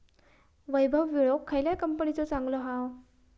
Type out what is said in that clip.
वैभव विळो खयल्या कंपनीचो चांगलो हा?